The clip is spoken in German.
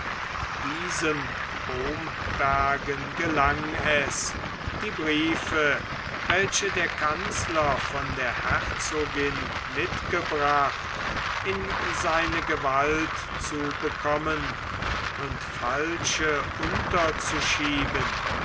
diesem bomberg gelang es die briefe welche der kanzler von der herzogin mitgebracht in seine gewalt zu bekommen und falsche unterzuschieben